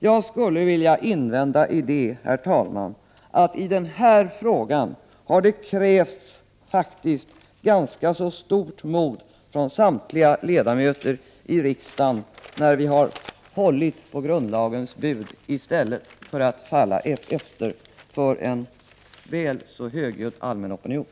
Jag skulle, herr talman, vilja säga att det i den här frågan faktiskt har krävts ganska stort mod av samtliga ledamöter i riksdagen, då de har hållit på grundlagens bud i stället för att ge efter för en väl så högljudd allmän opinion.